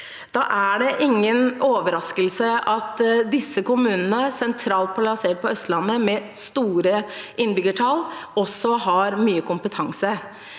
Da er det ingen overraskelse at disse kommunene, sentralt plassert på Østlandet, med store innbyggertall, også har mye kompetanse.